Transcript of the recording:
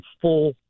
full